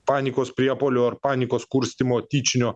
panikos priepuolio ar panikos kurstymo tyčinio